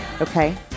Okay